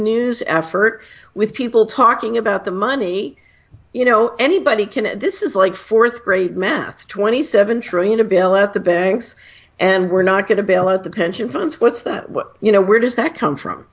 news effort with people talking about the money you know anybody can this is like fourth grade math twenty seven trillion a bill at the banks and we're not going to bail out the pension funds what's that you know where does that come from